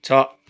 छ